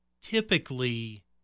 typically